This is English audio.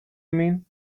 mean